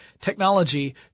technology